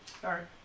Sorry